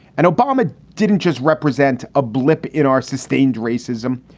and obama didn't just represent a blip in our sustained racism.